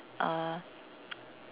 uh